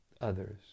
others